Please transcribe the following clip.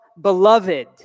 beloved